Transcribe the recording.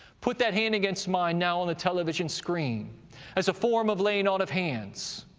put that hand against mine now on the television screen as a form of laying on of hands.